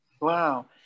Wow